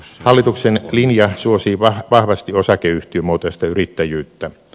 hallituksen linja suosii vahvasti osakeyhtiömuotoista yrittäjyyttä